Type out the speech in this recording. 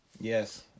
Yes